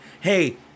hey